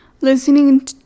listening